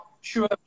Sure